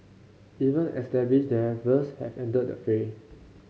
even established developers have entered the fray